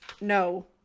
no